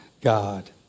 God